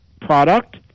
product